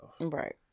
Right